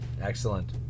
Excellent